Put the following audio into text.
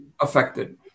affected